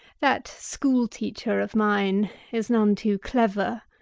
that schoolteacher of mine is none too clever,